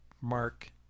Mark